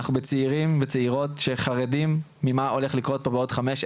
אנחנו בצעירים וצעירות שחרדים ממה הולך לקרות פה בעוד חמש,